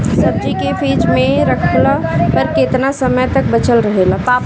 सब्जी के फिज में रखला पर केतना समय तक बचल रहेला?